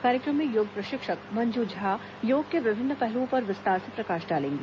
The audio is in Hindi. कार्यक्रम में योग प्रशिक्षक मंजू झा योग के विभिन्न पहलुओं पर विस्तार से प्रकाश डालेंगी